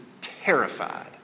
terrified